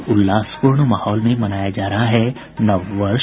और उल्लासपूर्ण माहौल में मनाया जा रहा है नव वर्ष